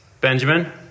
Benjamin